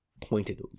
pointed